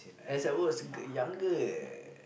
as I watch ger~ younger eh